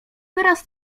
wyraz